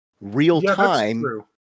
real-time